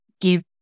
give